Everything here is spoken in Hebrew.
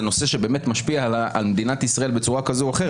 נושא שבאמת משפיע על מדינת ישראל בצורה כזו או אחרת,